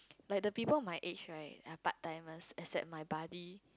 like the people my age right are part timers except my buddy